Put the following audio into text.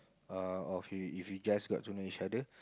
uh of you if you just got to know each other